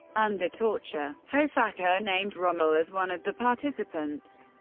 under torture, hofacker named rommel as one of the participants.